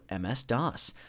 MS-DOS